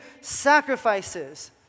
sacrifices